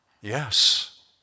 Yes